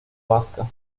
vasca